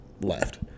left